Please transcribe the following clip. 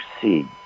see